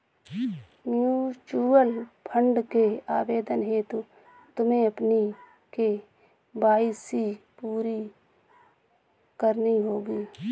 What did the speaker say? mutual fund के आवेदन हेतु तुम्हें अपनी के.वाई.सी पूरी करनी होगी